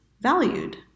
valued